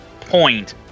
point